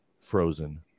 Frozen